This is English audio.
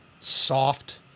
soft